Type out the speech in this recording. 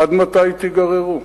עד מתי תיגררו?